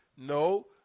no